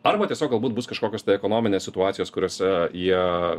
arba tiesiog galbūt bus kažkokios tai ekonominės situacijos kuriose jie